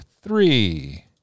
three